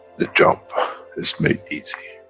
the job is made easy.